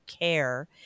care